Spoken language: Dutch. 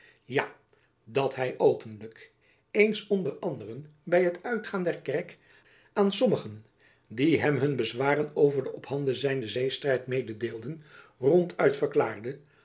ja dat hy openlijk eens onder anderen by t uitgaan der kerk aan sommigen die hem hun bezwaren over den op handen zijnden zeestrijd medejacob van lennep elizabeth musch deelden ronduit verklaarde